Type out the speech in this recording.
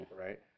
Right